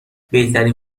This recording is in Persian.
بهترین